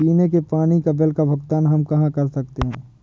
पीने के पानी का बिल का भुगतान हम कहाँ कर सकते हैं?